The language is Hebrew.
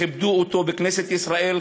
כיבדו אותו בכנסת ישראל,